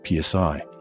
PSI